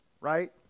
right